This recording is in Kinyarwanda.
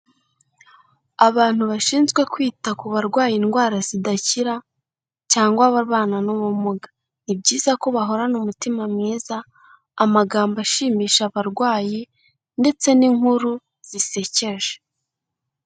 Abantu bashinzwe kwita ku barwaye indwara zidakira cyangwa ababana n'ubumuga. Ni byiza ko bahorana umutima mwiza, amagambo ashimisha abarwayi ndetse n'inkuru zisekeje.